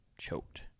choked